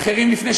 והאחיות שלנו.